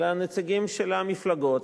אלא הנציגים של המפלגות,